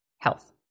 health